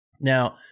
now